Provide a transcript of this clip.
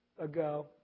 ago